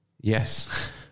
Yes